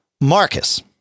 Marcus